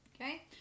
Okay